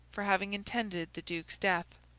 for having intended the duke's death.